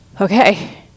okay